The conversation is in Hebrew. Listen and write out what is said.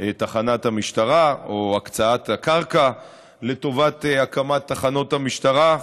תחנת המשטרה או הקצאת הקרקע לטובת הקמת תחנות המשטרה.